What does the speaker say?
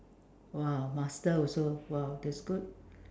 !wah! master !wow! that's good